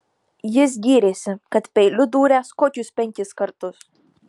jis gyrėsi kad peiliu dūręs kokius penkis kartus